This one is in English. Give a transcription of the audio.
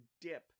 dip